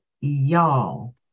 y'all